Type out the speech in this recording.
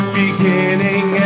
beginning